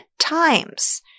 times